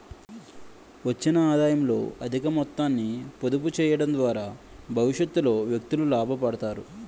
వచ్చిన ఆదాయంలో అధిక మొత్తాన్ని పొదుపు చేయడం ద్వారా భవిష్యత్తులో వ్యక్తులు లాభపడతారు